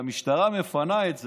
וכשהמשטרה מפנה את זה,